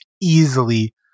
easily